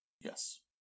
Yes